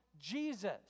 jesus